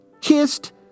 kissed